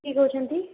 କିଏ କହୁଛନ୍ତି